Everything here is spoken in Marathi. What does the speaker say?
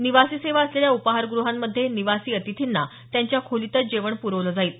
निवासी सेवा असलेल्या उपहाराग्रहांमध्ये निवासी अतिथींना त्यांच्या खोलीतच जेवण पुरवलं जाईल